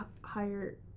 higher